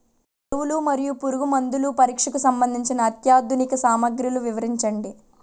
ఎరువులు మరియు పురుగుమందుల పరీక్షకు సంబంధించి అత్యాధునిక సామగ్రిలు వివరించండి?